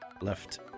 Left